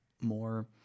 more